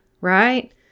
right